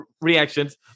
reactions